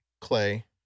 Clay